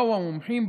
ובאו המומחים,